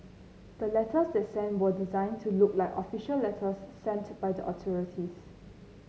the letters they sent were designed to look like official letters sent by the authorities